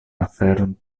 aferon